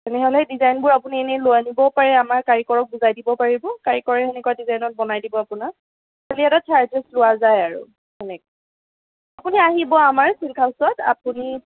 তেতিয়াহ'লে ডিজাইনবোৰ আপুনি এনেই লৈ আনিবও পাৰে আমাৰ কাৰীকৰক বুজাই দিব পাৰিব কাৰীকৰে সেনেকুৱা ডিজাইনত বনাই দিব আপোনাক খালি এটা চাৰ্জেচ লোৱা যায় আৰু সেনেকে আপুনি আহিব আমাৰ চিল্ক হাউচত আপুনি